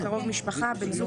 "קרוב משפחה" בן זוג,